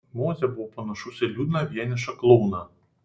mozė buvo panašus į liūdną vienišą klouną